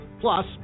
Plus